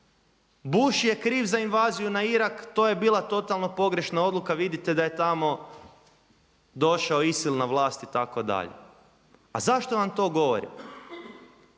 Bush je kriv za invaziju na Irak, to je bila totalno pogrešna odluka vidite da je tamo došao ISIL na vlast itd. A zašto vam to govorim?